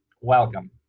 Welcome